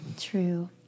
True